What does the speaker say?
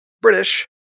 British